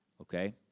Okay